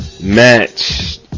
match